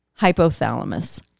Hypothalamus